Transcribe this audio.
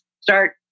start